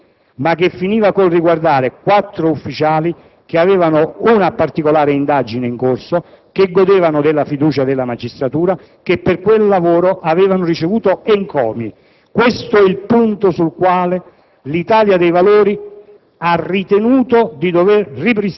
su sollecitazione politica o istituzionale, che dir si voglia. Tale piano, però, finiva per riguardare quattro ufficiali impegnati in una particolare indagine in corso, che godevano della fiducia della magistratura e che per quel lavoro avevano ricevuto encomi. Questo è il punto in